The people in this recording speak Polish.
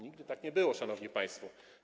Nigdy tak nie było, szanowni państwo.